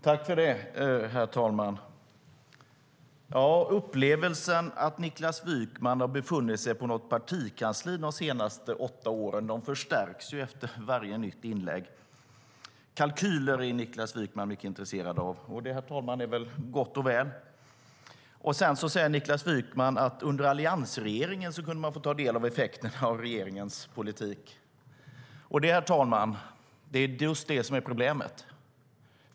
Herr talman! Upplevelsen att Niklas Wykman befunnit sig på något partikansli de senaste åtta åren förstärks efter varje nytt inlägg. Kalkyler är Niklas Wykman mycket intresserad av, och det är gott och väl, herr talman. Sedan säger Niklas Wykman att man under alliansregeringen kunde få ta del av effekterna av regeringens politik. Det, herr talman, är just det som är problemet.